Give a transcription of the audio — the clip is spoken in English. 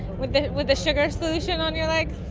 with the with the sugar solution on your legs?